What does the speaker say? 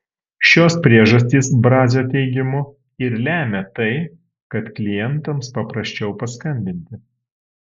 šios priežastys brazio teigimu ir lemia tai kad klientams paprasčiau paskambinti